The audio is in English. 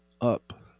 up